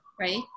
right